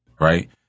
Right